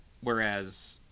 whereas